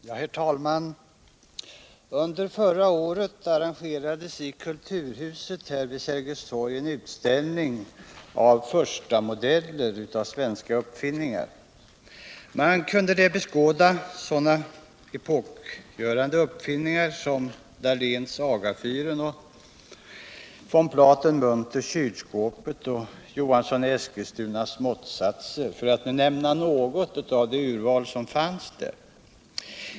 Herr talman! Under förra året arrangerades i Kulturhuset vid Sergels torg en utställning av förstamodeller av svenska uppfinningar. Man kunde där beskåda sådana epokgörande uppfinningar som Daléns Agafyr, von Platens och Munters kylskåp och Johanssons i Eskilstuna måttsatser, för att nu nämna något av det urval som fanns där.